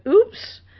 oops